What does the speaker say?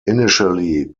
initially